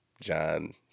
John